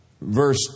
verse